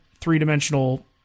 three-dimensional